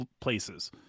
places